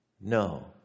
no